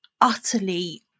utterly